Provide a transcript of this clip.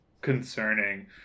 concerning